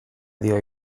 dio